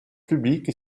publique